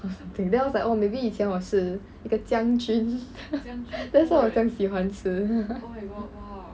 or something then I was like oh maybe 以前我是一个将军 that's why 我这样喜欢吃